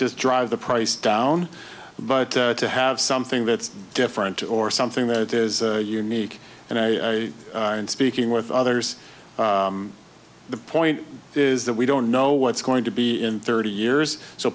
just drive the price down but to have something that's different or something that is unique and i and speaking with others the point is that we don't know what's going to be in thirty years so